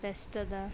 ಬೆಸ್ಟದ